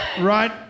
Right